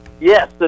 Yes